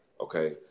Okay